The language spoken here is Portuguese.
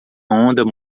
onda